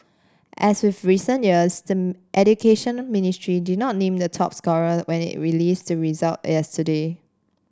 as with recent years the Education Ministry did not name the top scorer when it release the result yesterday